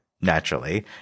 naturally